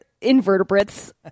invertebrates